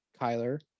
Kyler